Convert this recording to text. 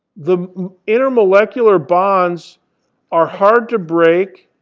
the intermolecular bonds are hard to break